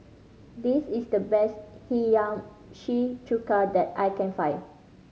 this is the best Hiyashi Chuka that I can find